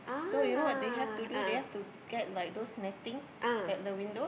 so you know what they have to do they have to get like those netting at the window